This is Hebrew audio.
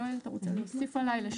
יואל, אתה רוצה להוסיף עליי?